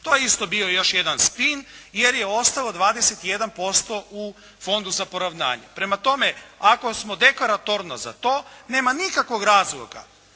To je isto bio još jedan spin, jer je ostalo 21% u Fondu za poravnanje. Prema tome, ako smo deklaratorno za to nema nikakvog razloga